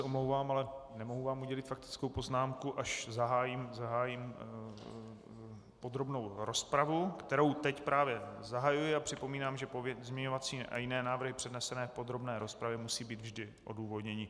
Omlouvám se, ale nemohu vám udělit faktickou poznámku, až zahájím podrobnou rozpravu, kterou teď právě zahajuji, a připomínám, že pozměňovací a jiné návrhy přednesené v podrobné rozpravě musí být vždy odůvodněny.